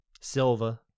Silva